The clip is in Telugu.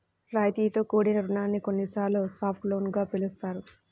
రాయితీతో కూడిన రుణాన్ని కొన్నిసార్లు సాఫ్ట్ లోన్ గా పిలుస్తారు